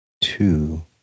two